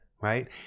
right